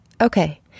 Okay